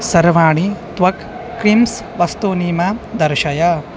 सर्वाणि त्वक् क्रीम्स् वस्तूनि मां दर्शय